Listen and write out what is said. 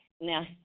Now